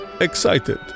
excited